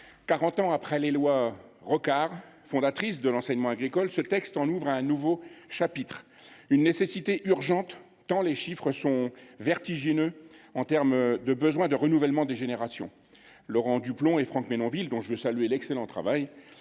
ans après la loi Rocard, fondatrice de l’enseignement agricole, ce texte ouvre un nouveau chapitre. C’est là une nécessité urgente, tant les chiffres sont vertigineux s’agissant du besoin de renouveler les générations. Laurent Duplomb et Franck Menonville, dont je veux saluer l’excellent travail,